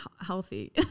healthy